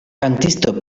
kantisto